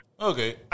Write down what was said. Okay